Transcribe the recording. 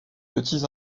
petits